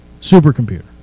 Supercomputer